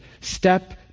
step